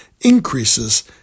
increases